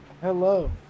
Hello